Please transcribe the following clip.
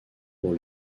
pour